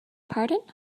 pardon